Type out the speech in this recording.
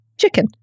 chicken